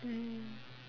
mm